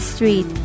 Street